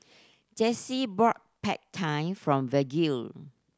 Jessee bought Pad Thai from Vergil